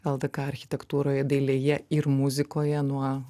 ldk architektūroj dailėje ir muzikoje nuo